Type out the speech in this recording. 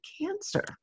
cancer